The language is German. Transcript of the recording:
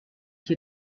hier